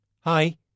Hi